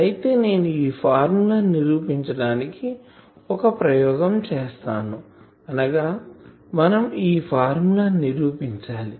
అయితే నేను ఈ ఫార్ములా ని నిరూపించటానికి ఒక ప్రయోగం చేస్తాను అనగా మనం ఈ ఫార్ములా ని నిరూపించాలి